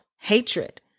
hatred